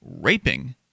raping